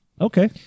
Okay